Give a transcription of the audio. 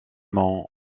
monts